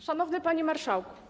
Szanowny Panie Marszałku!